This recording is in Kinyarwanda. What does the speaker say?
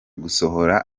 gusohora